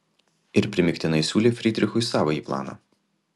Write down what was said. ir primygtinai siūlė frydrichui savąjį planą